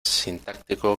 sintáctico